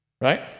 Right